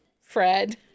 fred